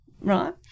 right